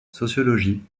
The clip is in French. sociologie